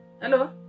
Hello